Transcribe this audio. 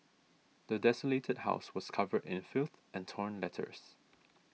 the desolated house was covered in filth and torn letters